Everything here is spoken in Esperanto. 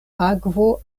akvo